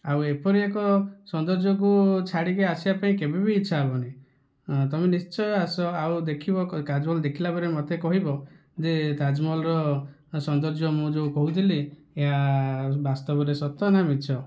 ଆଉ ଏପରି ଏକ ସୌନ୍ଦର୍ଯ୍ୟକୁ ଛାଡ଼ିକି ଆସିବା ପାଇଁ କେବେ ବି ଇଚ୍ଛା ହେବନି ତୁମେ ନିଶ୍ଚୟ ଆସ ଆଉ ଦେଖିବ ତାଜମହଲ ଦେଖିଲା ପରେ ମତେ କହିବ ଯେ ତାଜମହଲର ସୌନ୍ଦର୍ଯ୍ୟ ମୁଁ ଯେଉଁ କହୁଥିଲି ଏହା ବାସ୍ତବରେ ସତ ନା ମିଛ